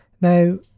now